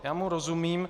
Já mu rozumím.